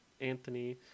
Anthony